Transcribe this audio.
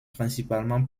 principalement